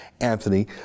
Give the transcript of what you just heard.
Anthony